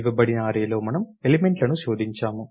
ఇవ్వబడిన అర్రే లో మనము ఎలిమెంట్ లను శోదించాము